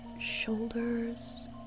shoulders